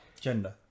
gender